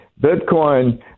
Bitcoin